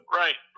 right